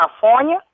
California